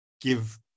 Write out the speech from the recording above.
give